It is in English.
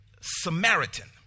Samaritan